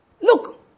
Look